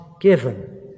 given